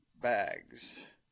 bags